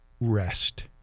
rest